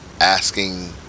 asking